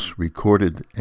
recorded